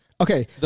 Okay